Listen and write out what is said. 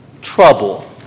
Trouble